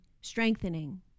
strengthening